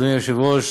אדוני היושב-ראש,